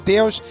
Deus